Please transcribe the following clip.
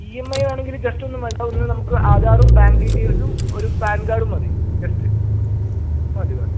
ഈ M I ആണെങ്കിൽ just ഒന്നും വേണ്ട ഒന്ന് നമുക്ക് ആധാറും ബാങ്ക് ഡീറ്റെയ്ൽസും ഒരു പാൻ കാർഡും മതി ജസ്റ്റ് മതി മതി